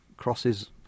crosses